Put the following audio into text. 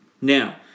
Now